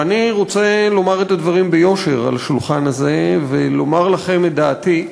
ואני רוצה להניח את הדברים ביושר על השולחן הזה ולומר לכם את דעתי.